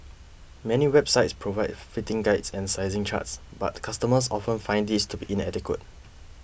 many websites provide fitting guides and sizing charts but customers often find these to be inadequate